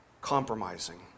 compromising